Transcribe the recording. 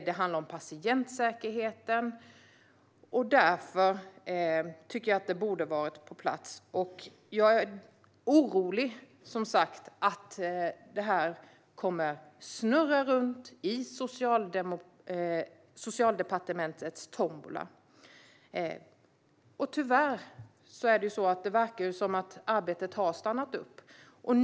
Det handlar om patientsäkerheten, och därför borde det ha varit på plats. Jag är som sagt orolig för att detta kommer att snurra runt i Socialdepartementets tombola. Tyvärr verkar arbetet ha stannat upp.